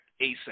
ASAP